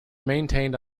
maintained